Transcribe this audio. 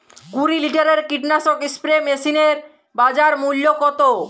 কুরি লিটারের কীটনাশক স্প্রে মেশিনের বাজার মূল্য কতো?